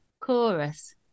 Chorus